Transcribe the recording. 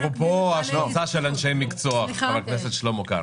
אפרופו השמצה של אנשי מקצוע, חבר הכנסת שלמה קרעי.